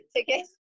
Okay